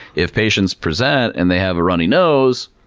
if patients present and they have a runny nose,